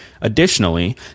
Additionally